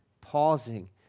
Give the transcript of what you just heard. pausing